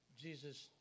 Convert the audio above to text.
Jesus